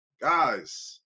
guys